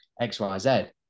XYZ